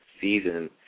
season